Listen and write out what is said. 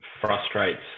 frustrates